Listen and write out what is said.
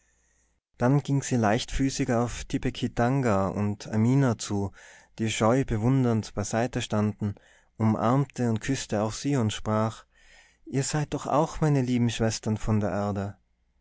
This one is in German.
dann ging sie leichtfüßig auf tipekitanga und amina zu die scheu bewundernd beiseite standen umarmte und küßte auch sie und sprach ihr seid doch auch meine lieben schwestern von der erde